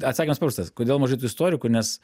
atsakymas paprastas kodėl mažai tų istorikų nes